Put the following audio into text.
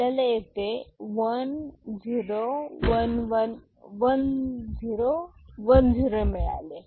आपल्याला येथे 1 0 1 0 मिळाले